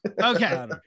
Okay